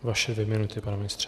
Vaše dvě minuty, pane ministře.